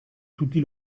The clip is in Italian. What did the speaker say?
tutti